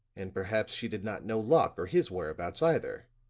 and perhaps she did not know locke or his whereabouts, either,